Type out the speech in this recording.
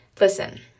Listen